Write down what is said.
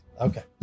Okay